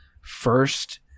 first